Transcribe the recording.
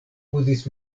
uzis